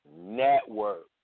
network